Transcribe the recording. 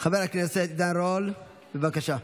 חבר הכנסת עידן רול, בבקשה.